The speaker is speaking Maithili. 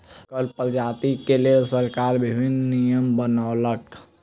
कर प्राप्ति के लेल सरकार विभिन्न नियम बनौलक